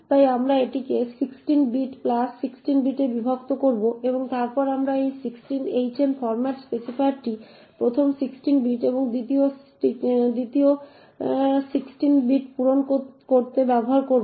তাই আমরা এটিকে 16 বিট প্লাস 16 বিটে বিভক্ত করব এবং তারপরে আমরা এই hn ফরম্যাট স্পেসিফায়ারটি প্রথম 16 বিট এবং দ্বিতীয় 16 বিট পূরণ করতে ব্যবহার করব